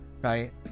right